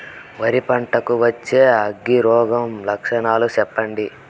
వరి పంట కు వచ్చే అగ్గి రోగం లక్షణాలు చెప్పండి?